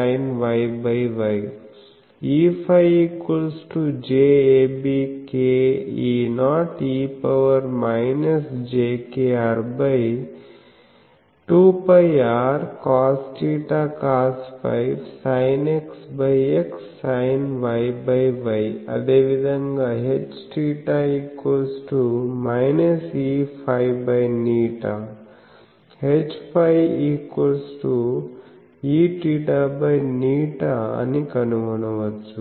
jkr2πrcosθcosφsinXXsinYY అదేవిధంగా Hθ Eφղ HφEθղ అని కనుగొనవచ్చు